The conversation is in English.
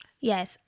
Yes